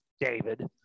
David